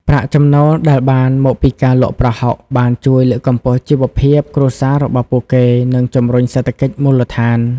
ប្រាក់ចំណូលដែលបានមកពីការលក់ប្រហុកបានជួយ លើកកម្ពស់ជីវភាព គ្រួសាររបស់ពួកគេ និងជំរុញសេដ្ឋកិច្ចមូលដ្ឋាន។